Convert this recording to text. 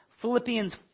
Philippians